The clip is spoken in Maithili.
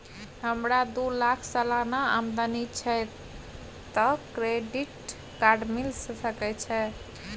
हमरा दू लाख सालाना आमदनी छै त क्रेडिट कार्ड मिल सके छै?